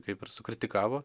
kaip ir sukritikavo